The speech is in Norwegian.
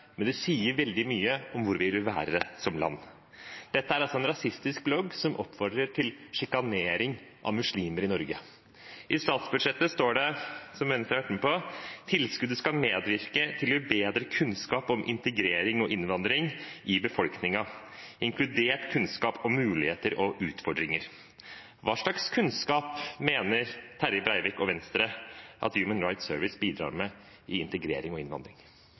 men det sier veldig mye om hvor vi vil være som land. Dette er en rasistisk blogg som oppfordrer til sjikanering av muslimer i Norge. I statsbudsjettet, som Venstre har vært med på, står det: «Tilskuddet skal medvirke til å gi bedre kunnskap om integrering og innvandring i befolkningen, inkludert kunnskap om muligheter og utfordringer.» Hva slags kunnskap mener Terje Breivik og Venstre at Human Rights Service bidrar med for integrering og innvandring?